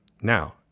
Now